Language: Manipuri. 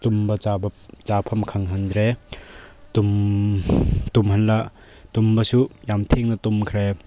ꯇꯨꯝꯕ ꯆꯥꯕ ꯆꯥꯐꯝ ꯈꯪꯍꯟꯗ꯭ꯔꯦ ꯇꯨꯝꯍꯜꯂ ꯇꯨꯝꯕꯁꯨ ꯌꯥꯝ ꯊꯦꯡꯅ ꯇꯨꯝꯈ꯭ꯔꯦ